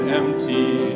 empty